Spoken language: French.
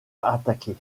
attaquer